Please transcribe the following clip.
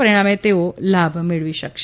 પરિણામે તેઓ લાભ મેળવી શકાશે